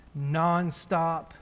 nonstop